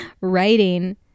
writing